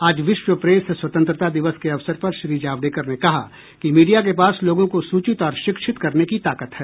आज विश्व प्रेस स्वतंत्रता दिवस के अवसर पर श्री जावड़ेकर ने कहा कि मीडिया के पास लोगों को सूचित और शिक्षित करने की ताकत है